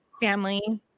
family